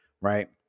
right